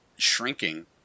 shrinking